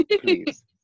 please